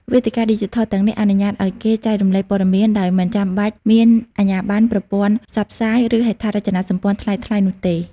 វេទិកាឌីជីថលទាំងនេះអនុញ្ញាតឱ្យគេចែករំលែកព័ត៌មានដោយមិនចាំបាច់មានអាជ្ញាប័ណ្ណប្រព័ន្ធផ្សព្វផ្សាយ ឬហេដ្ឋារចនាសម្ព័ន្ធថ្លៃៗនោះទេ។